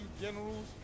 Generals